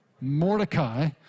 Mordecai